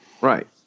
Right